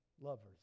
lovers